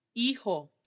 hijo